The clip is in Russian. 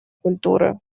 культуры